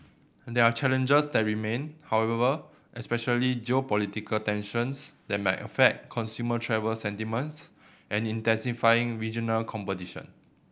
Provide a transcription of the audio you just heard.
there are challenges that remain however especially geopolitical tensions that might affect consumer travel sentiments and intensifying regional competition